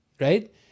right